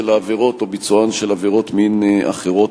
העבירות או ביצוען של עבירות מין אחרות,